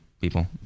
people